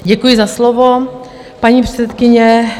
Děkuji za slovo, paní předsedkyně.